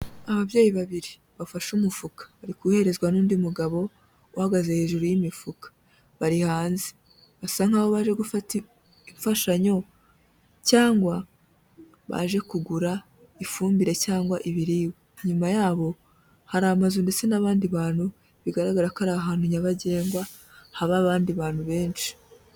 Ababyeyi babiri bafashe umufuka, bariguherezwa n'undi mugabo uhagaze hejuru y'imifuka, bari hanze, basa nkaho baje gufata imfashanyo cyangwa baje kugura ifumbire cyangwa ibiribwa, inyuma yabo hari amazu ndetse n'abandi bantu, bigaragara ko ari ahantu nyabagendwa haba abandi bantu benshi.